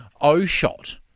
O-Shot